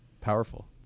powerful